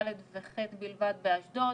ד' ו-ח' בלבד באשדוד,